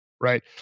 right